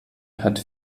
hat